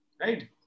Right